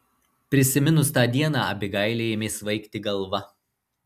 prisiminus tą dieną abigailei ėmė svaigti galva